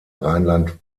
rheinland